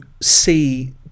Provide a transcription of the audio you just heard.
see